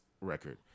record